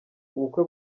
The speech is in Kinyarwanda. ubukwe